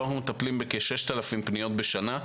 אנחנו מטפלים בכ-6,000 פניות בשנה,